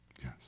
Yes